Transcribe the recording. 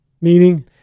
Meaning